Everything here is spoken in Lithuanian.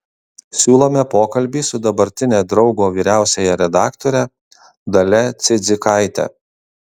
siūlome pokalbį su dabartine draugo vyriausiąja redaktore dalia cidzikaite